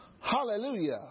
Hallelujah